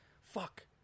fuck